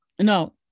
No